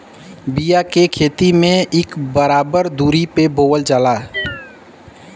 बिया के खेती में इक बराबर दुरी पे बोवल जाला